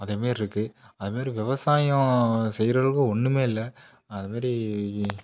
அதேமாரிருக்கு அதுமாரி விவசாயம் செய்ற அளவுக்கு ஒன்றுமே இல்லை அதுமாரி இ